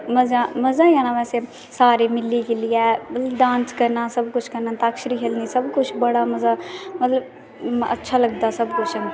मज़ा मज़ा ई आना बैसे सारे मिली जुलियै डांस करना सबकुछ कन्नै अंताक्षरी खेल्लनी सबकुछ बड़ा मज़ा मतलब अच्छा लगदा सबकुछ